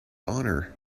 honor